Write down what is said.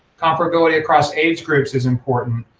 comparability across aids groups is important.